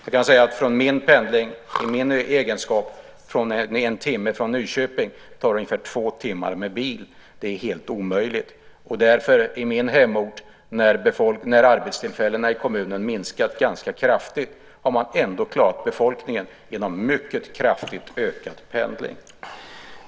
Jag kan säga att min pendling på ungefär en timme från Nyköping tar ungefär två timmar med bil. Det är helt omöjligt. Därför är det så på min hemort att när arbetstillfällena i kommunen har minskat ganska kraftigt har man ändå klarat befolkningen genom mycket kraftigt ökad pendling.